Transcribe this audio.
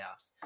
playoffs